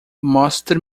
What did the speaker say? mostre